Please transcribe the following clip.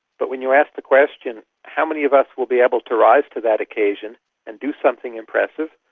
but when you ask the question how many of us will be able to rise to that occasion and do something impressive,